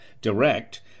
direct